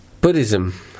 Buddhism